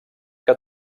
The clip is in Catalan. que